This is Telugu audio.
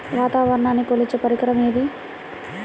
వాతావరణాన్ని కొలిచే పరికరం ఏది?